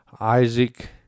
Isaac